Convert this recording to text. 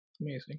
amazing